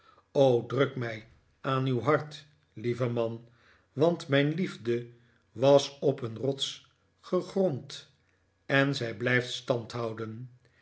field aan uw hart lieve man want mijn liefde was op een rots gegrond en zij blijft